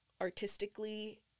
artistically